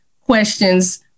questions